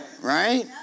Right